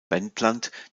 wendland